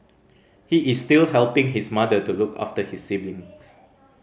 he is still helping his mother to look after his siblings